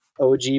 og